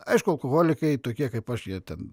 aišku alkoholikai tokie kaip aš jie ten